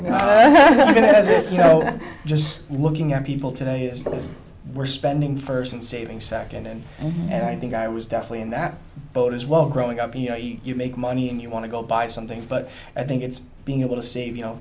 you know just looking at people today is that there's we're spending first and saving second and i think i was definitely in that boat as well growing up you know you make money and you want to go buy some things but i think it's being able to save you know